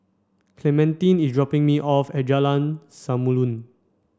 clementine is dropping me off at Jalan Samulun